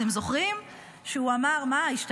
אתם זוכרים שהוא אמר, מה, השתגעתם,